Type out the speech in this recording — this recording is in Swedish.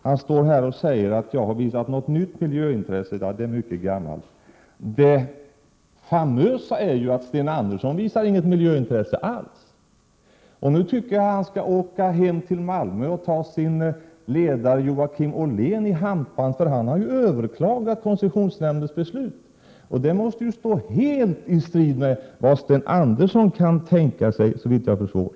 Han står här och säger att det är något nytt miljöintresse som jag har visat. Det är mycket gammalt. Och det famösa är ju att Sten Andersson inte visar något miljöintresse alls. Nu tycker jag att Sten Andersson skall åka hem till Malmö och ta sin ledare Joakim Ollén i hampan, för han har ju överklagat koncessionsnämndens beslut — och det måste stå helt i strid med vad Sten Andersson kan tänka sig, såvitt jag förstår.